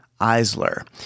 Eisler